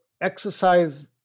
exercise